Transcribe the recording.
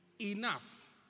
enough